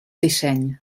disseny